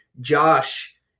Josh